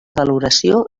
valoració